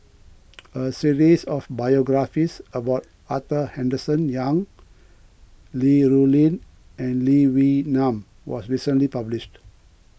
a series of biographies about Arthur Henderson Young Li Rulin and Lee Wee Nam was recently published